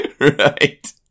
Right